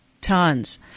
Tons